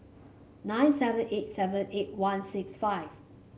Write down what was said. nine seven eight seven eight one six five